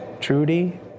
Trudy